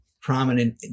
prominent